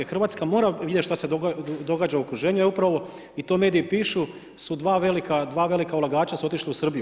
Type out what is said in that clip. Hrvatska mora vidjeti što se događa u okruženju, a upravo i to mediji pišu, su dva velika ulagača su otišla u Srbiju.